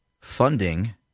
funding